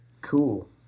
Cool